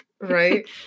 Right